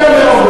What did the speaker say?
יותר מהורדוס.